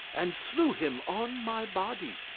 and slew him on my body.